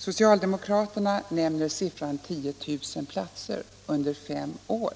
Socialdemokraterna nämner siffran 10 000 platser under fem år.